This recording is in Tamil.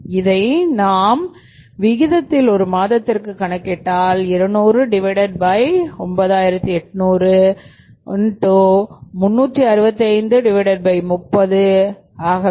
இதை நாம் விகிதத்தில் ஒரு மாதத்திற்கு கணக்கிட்டால் 2009800 36530 24